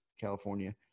California